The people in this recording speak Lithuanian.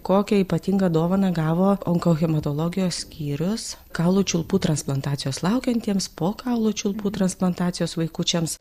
kokią ypatingą dovaną gavo onkohematologijos skyrius kaulų čiulpų transplantacijos laukiantiems po kaulų čiulpų transplantacijos vaikučiams